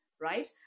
right